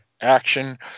action